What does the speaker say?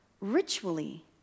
ritually